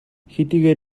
хэдийгээр